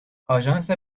آژانس